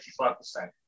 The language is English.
85%